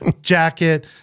jacket